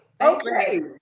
Okay